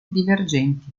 divergenti